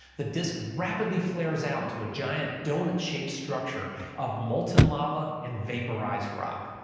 the disk rapidly flares out into a giant donut-shaped structure of molten lava and vaporized rock.